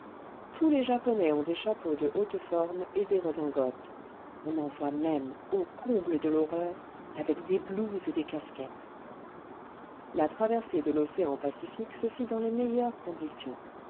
tous les japonais ont des chapeaux de haute forme et des redingotes on en voit même ô comble de l'horreur avec des blouses et des casquettes la traversée de l'océan pacifique se fit dans les meilleures conditions